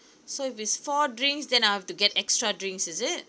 so if it's four drinks then I've to get extra drinks is it